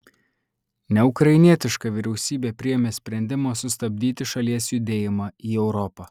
neukrainietiška vyriausybė priėmė sprendimą sustabdyti šalies judėjimą į europą